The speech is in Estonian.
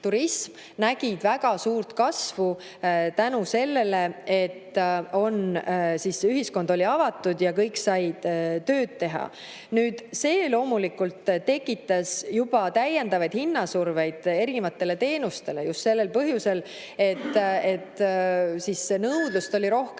nägid väga suurt kasvu tänu sellele, et ühiskond oli avatud ja kõik said tööd teha. See loomulikult tekitas juba täiendavaid hinnasurveid erinevatele teenustele just sellel põhjusel, et nõudlust oli rohkem